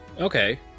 Okay